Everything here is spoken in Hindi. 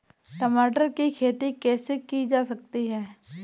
टमाटर की खेती कैसे की जा सकती है?